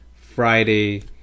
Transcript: Friday